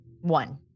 One